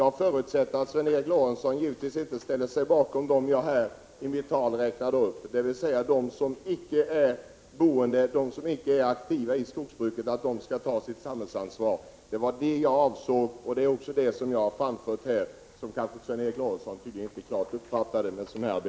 Jag förutsätter att Sven Eric Lorentzon inte ställer sig bakom dem som jag i mitt anförande räknade upp, dvs. de som icke är aktiva i skogsbruket. De skall också ta sitt samhällsansvar. Det är vad jag anser och vad jag framfört här men som Sven Eric Lorentzon kanske inte klart uppfattade.